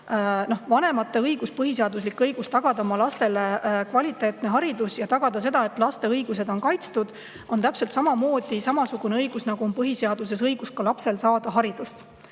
Vanemate õigus, põhiseaduslik õigus tagada oma lastele kvaliteetne haridus ja tagada seda, et laste õigused on kaitstud, on täpselt samasugune õigus, nagu on põhiseaduses õigus lapsel saada haridust.